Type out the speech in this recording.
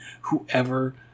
whoever